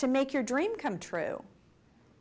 to make your dream come true